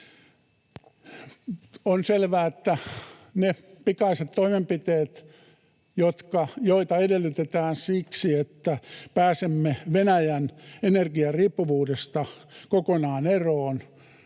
On selvää, että ne pikaiset toimenpiteet, joita edellytetään siksi, että pääsemme Venäjän energiariippuvuudesta kokonaan eroon,